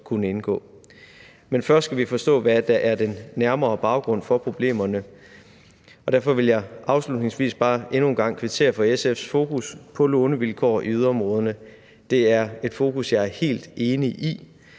Men først skal vi forstå, hvad der er den nærmere baggrund for problemerne. Derfor vil jeg afslutningsvis bare endnu en gang kvittere for SF's fokus på lånevilkår i yderområderne. Det er et fokus, jeg er helt enig i,